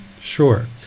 Sure